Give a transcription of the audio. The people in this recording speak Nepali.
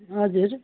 हजुर